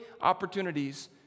opportunities